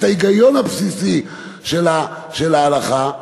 את ההיגיון הבסיסי של ההלכה,